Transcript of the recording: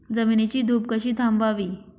जमिनीची धूप कशी थांबवावी?